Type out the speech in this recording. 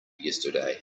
yesterday